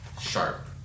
Sharp